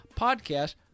podcast